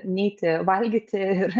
neiti valgyti ir